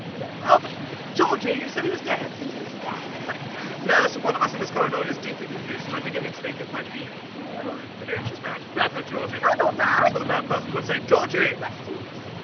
yes oh for georgie, you said he was dead! he is dead! but nurse, one of us in this corridor is deeply confused and i'm beginning to think it might be you. no i knew it, she's mad grab her, georgie. i'm not mad! that's what a mad person would say georgie! let's do this. and